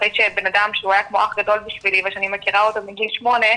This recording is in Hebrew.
אחרי שבנאדם שהוא היה כמו אח גדול בשבילי ושאני מכירה אותו מגיל שמונה,